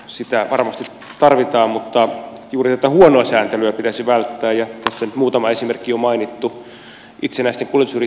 sitä varmasti tarvitaan mutta juuri tätä huonoa sääntelyä pitäisi välttää ja tässä nyt muutama esimerkki on mainittu